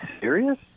serious